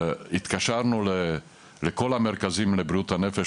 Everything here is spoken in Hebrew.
התקשרנו לכל המרכזים לבריאות הנפש,